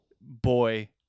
boy